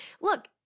look